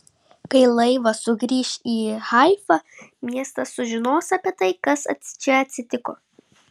kai laivas sugrįš į haifą miestas sužinos apie tai kas čia atsitiko